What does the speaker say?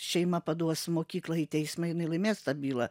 šeima paduos mokyklą į teismą jinai laimės tą bylą